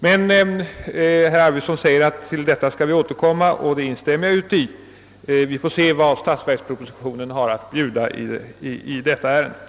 Herr Arvidson säger att vi skall återkomma till dessa frågor, och det tycker jag vi skall göra. Vi får bl.a. se vad statsverkspropositionen har att bjuda i det fallet.